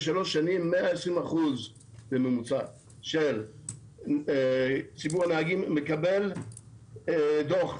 בשלוש שנים 120% בממוצע של ציבור הנהגים מקבל דוח.